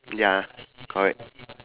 ya correct